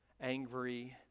angry